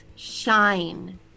Shine